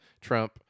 Trump